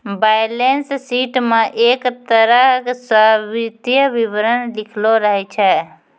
balance sheet म एक तरह स वित्तीय विवरण लिखलो रहै छै